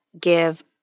give